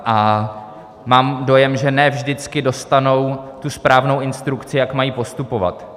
A mám dojem, že ne vždycky dostanou tu správnou instrukci, jak mají postupovat.